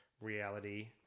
reality